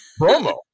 promo